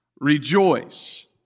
Rejoice